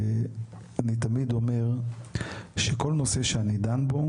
ואני תמיד אומר שכל נושא שאני דן בו,